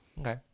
Okay